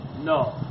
No